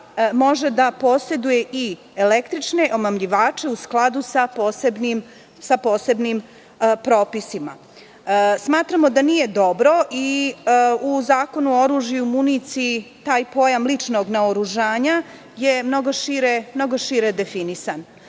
može da poseduje i električne omamljivače u skladu sa posebnim propisima. Smatramo da nije dobro i u Zakonu o oružju i municiji taj pojam ličnog naoružanja je mnogo šire definisan.